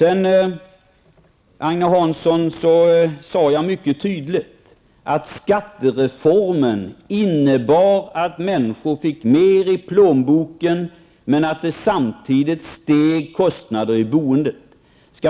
Jag sade mycket tydligt, Agne Hansson, att skattereformen innebar att människor fick mer i plånboken, samtidigt som kostnaderna för boendet steg.